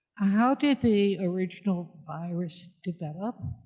how did the original virus develop?